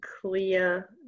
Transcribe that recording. clear